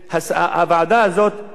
לא צריכים לתמוך במסקנות שלה.